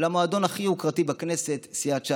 למועדון הכי יוקרתי בכנסת, סיעת ש"ס.